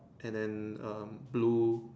and then um blue